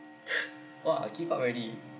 !wah! I give up already